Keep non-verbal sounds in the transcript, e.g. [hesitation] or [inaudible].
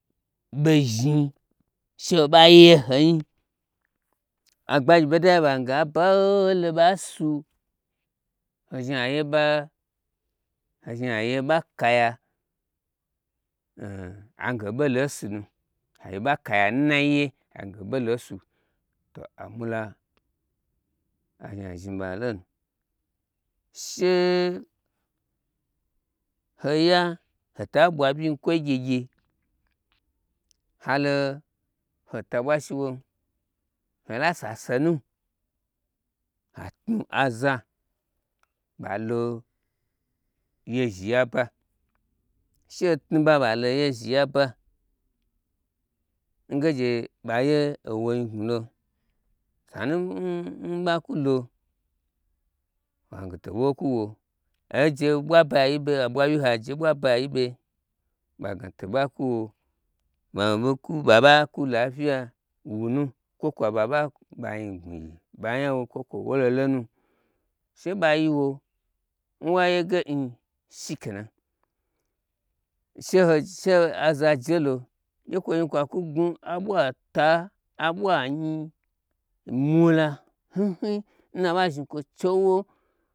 Ɓo zhni she ho ɓa ye honi agbagiyi n ɓodai ɓagna aba n ho ɓei loɓa nsu hozhni ha yuɓa, hozhni hayeɓa kaya [hesitation] agna ho ɓei lonsunu haye ɓa kaya n nai ye agna hobeilo nsu to amwula azhnia zhni ɓa lonu she hoya hota ɓwa byn kwoi gyegye halo hoita bwa shi won hola sasenu ha tnu aza, ɓalo yezhiyi aba shehu tnuɓa ɓalo yezhiyi aɓa nge gye ɓaye owonyi gnwulo sanu n ɓa kwulo wagna to wo kwu wo oje ɓlua bayi ɓe aɓwa wyi ho oje ɓwa ba yiɓe nge gye ɓaye owo nyi gnwulo sanu nn ɓa kwulo agna to wo kwuwo aje bwa bayi ɓe aɓwa wyilo oje ɓwa bayi ɓe ɓagna to ɓa kwu wo ɓa ɓokwu ɓaɓa kwu laifiya wu nu kwo kwa ɓaɓa yiɓa nyi gnwu ɓa nya wo kwo kwo wolo lonu she ɓa yiwo nwayege n shi ke nan she ho she aza jelo gye kwo zhni kwa kwu gnwu aɓwa ta aɓwa nyi mwu la hni hmi n na aɓa zhni kwo cheuwo.